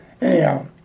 Anyhow